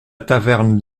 taverne